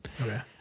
Okay